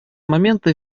момента